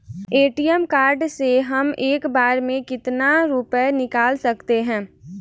ATM card से हम एक बार में कितना रुपया निकाल सकते हैं?